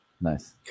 Nice